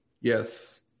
yes